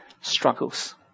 struggles